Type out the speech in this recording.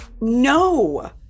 No